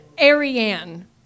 Ariane